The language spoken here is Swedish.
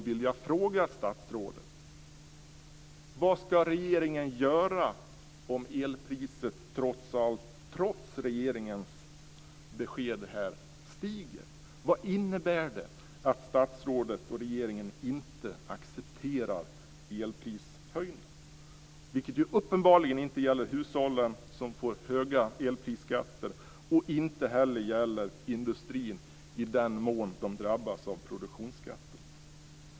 Vad ska regeringen göra om elpriset trots allt, trots regeringens besked här, stiger? Vad innebär det att statsrådet och regeringen inte accepterar elprishöjningar? Detta gäller ju uppenbarligen inte hushållen, som får höga elprisskatter, och inte heller industrin i den mån den drabbas av produktionsskatter.